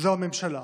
זו הממשלה.